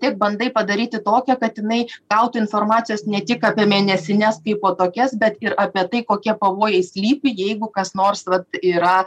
tik bandai padaryti tokią kad jinai gautų informacijos ne tik apie mėnesines kaipo tokias bet ir apie tai kokie pavojai slypi jeigu kas nors vat yra